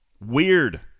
Weird